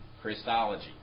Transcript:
Christology